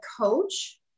coach